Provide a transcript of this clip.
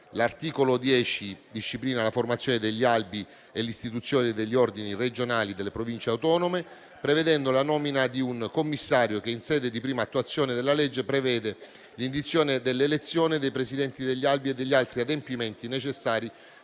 L'articolo 10 disciplina la formazione degli albi e l'istituzione degli ordini regionali e delle Province autonome, prevedendo la nomina di un commissario che, in sede di prima attuazione della legge, disponga l'indizione delle elezioni dei presidenti degli albi e gli altri adempimenti necessari